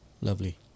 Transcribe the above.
Lovely